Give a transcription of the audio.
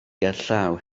gerllaw